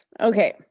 okay